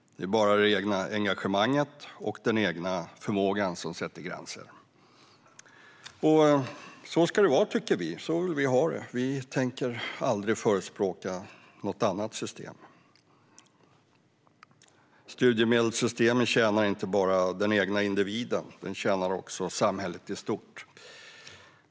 Det är bara det egna engagemanget och den egna förmågan som sätter gränser. Så ska det också vara, tycker vi. Så vill vi ha det, och vi tänker aldrig förespråka något annat system. Studiemedelssystemet tjänar inte bara den enskilda individen, utan det tjänar även samhället i stort.